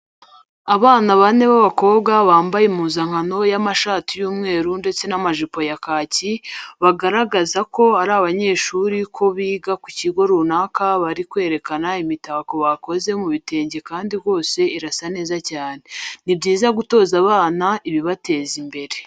Abana bane b'abakobwa bambaye impuzankano y'amashati y'umweru ndetse n'amajipo ya kaki bigaragaza ko ari abanyeshuri bo ku kigo runaka bari kwerekana imitako bakoze mu bitenge kandi rwose irasa neza cyane. Ni byiza gutoza abana ibibateza imbere.